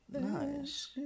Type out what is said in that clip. Nice